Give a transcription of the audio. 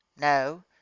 no